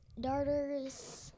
darters